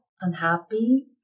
unhappy